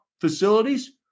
facilities